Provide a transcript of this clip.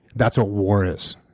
that's what war is.